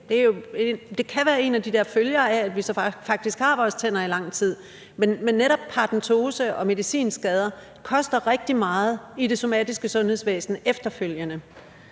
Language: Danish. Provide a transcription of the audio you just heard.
Det kan være en af de der følger af, at vi faktisk har vores tænder i lang tid. Men netop paradentose og medicinskader koster rigtig meget i det somatiske sundhedsvæsen efterfølgende.